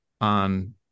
on